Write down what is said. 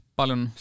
paljon